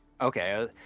Okay